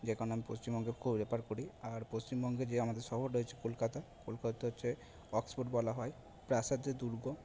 যে কারণে আমি পশ্চিমবঙ্গকে খুব রেফার করি আর পশ্চিমবঙ্গে যে আমাদের শহর রয়েছে কলকাতা কলকাতা হচ্ছে অক্সফোর্ড বলা হয় প্রাসাদের দুর্গ